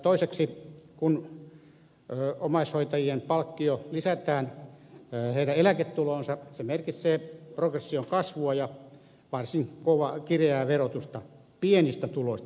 toiseksi kun omaishoitajien palkkio lisätään heidän eläketuloonsa se merkitsee progression kasvua ja varsin kireää verotusta pienistä tuloista